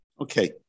Okay